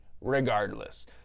regardless